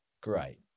Great